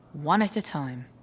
one at a time.